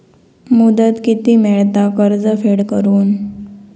मुदत किती मेळता कर्ज फेड करून?